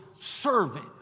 serving